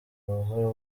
buhoro